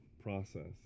process